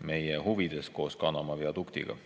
meie huvides koos Kanama viaduktiga.